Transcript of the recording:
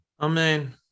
Amen